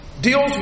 deals